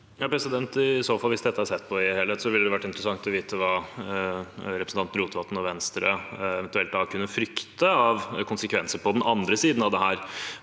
Hvis det- te er sett på i en helhet, ville det i så fall vært interessant å vite hva representanten Rotevatn og Venstre eventuelt da kunne frykte av konsekvenser på den andre siden av dette